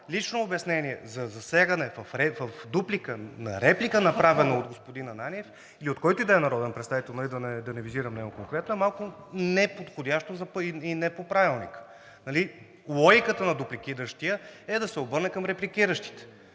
лично обяснение, за засягане в дуплика на реплика, правена от господин Ананиев или от който и да е народен представител, да не визирам него конкретно, е малко неподходящо и не е по Правилника. Нали логиката на дупликиращия е да се обърне към репликиращите?